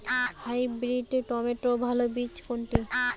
Hybrid টমেটোর ভালো বীজ কোনটি?